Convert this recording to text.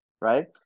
right